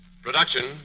Production